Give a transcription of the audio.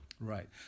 Right